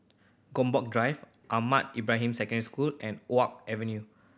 Gombak Drive Ahmad Ibrahim Secondary School and Oak Avenue